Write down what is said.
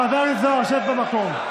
חבר הכנסת זוהר, שב במקום.